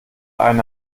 einen